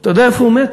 אתה יודע איפה הוא מת?